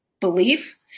belief